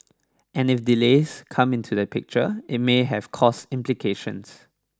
and if delays come into the picture it may have cost implications